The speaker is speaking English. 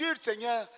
Seigneur